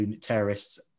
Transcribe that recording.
terrorists